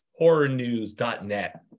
horrornews.net